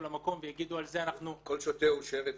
למקום ויגידו --- כל שוטר הוא שריף?